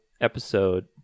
episode